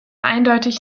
eindeutig